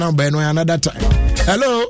Hello